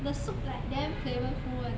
the soup like damn flavourful one